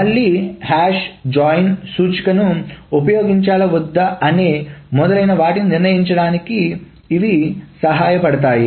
మళ్ళీ hash join సూచికను ఉపయోగించాలా వద్దా అనే మొదలైన వాటి నిర్ణయించడానికి ఇవి సహాయపడతాయి